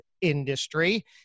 industry